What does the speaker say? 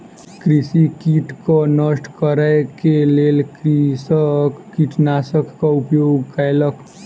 कृषि कीटक नष्ट करै के लेल कृषक कीटनाशकक उपयोग कयलक